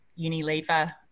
unilever